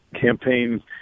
campaign